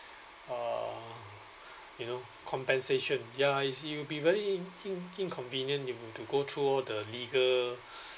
uh you know compensation ya is you will be very in~ inconvenient you have to go through all the legal